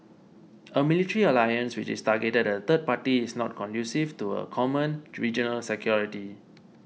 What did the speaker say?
a military alliance which is targeted at a third party is not conducive to common regional security